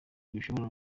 bishobora